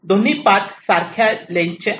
दोन्ही पाथ सारख्या लेन्थ चे आहेत